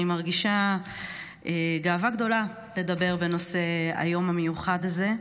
אני מרגישה גאווה גדולה לדבר בנושא היום המיוחד הזה.